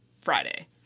Friday